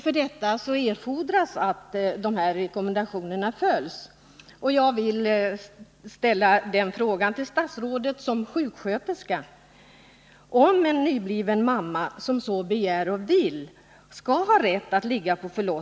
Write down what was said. För detta erfordras att rekommendationerna beträrfande vårdtiden följs.